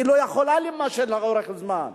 לא יכולה להימשך לאורך זמן.